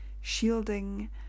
shielding